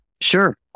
Sure